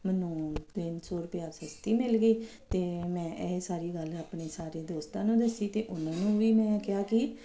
ਮੈਨੂੰ ਤਿੰਨ ਸੌ ਰੁਪਈਆ ਸਸਤੀ ਮਿਲ ਗਈ ਅਤੇ ਮੈਂ ਇਹ ਸਾਰੀ ਗੱਲ ਆਪਣੇ ਸਾਰੇ ਦੋਸਤਾਂ ਨੂੰ ਦੱਸੀ ਅਤੇ ਉਹਨਾਂ ਨੂੰ ਵੀ ਮੈਂ ਕਿਹਾ ਕਿ